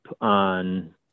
on